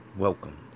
Welcome